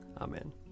Amen